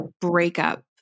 breakup